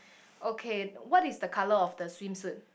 okay what is the colour of the swimsuit